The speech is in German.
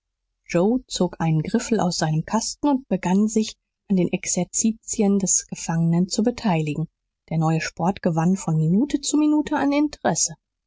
joe zog einen griffel aus seinem kasten und begann sich an den exerzitien des gefangenen zu beteiligen der neue sport gewann von minute zu minute an interesse